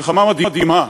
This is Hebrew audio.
מלחמה מדהימה,